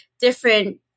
different